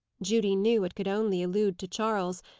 judy knew it could only allude to charles,